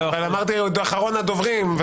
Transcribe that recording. אמרתי שאחרון הדוברים.